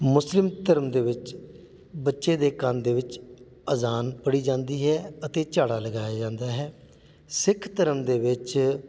ਮੁਸਲਿਮ ਧਰਮ ਦੇ ਵਿੱਚ ਬੱਚੇ ਦੇ ਕੰਨ ਦੇ ਵਿੱਚ ਅਜ਼ਾਨ ਪੜ੍ਹੀ ਜਾਂਦੀ ਹੈ ਅਤੇ ਝਾੜਾ ਲਗਾਇਆ ਜਾਂਦਾ ਹੈ ਸਿੱਖ ਧਰਮ ਦੇ ਵਿੱਚ